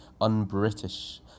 un-British